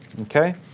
okay